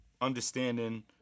understanding